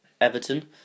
Everton